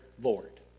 Lord